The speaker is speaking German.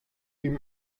ihm